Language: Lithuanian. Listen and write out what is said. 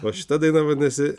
o šita daina vadinasi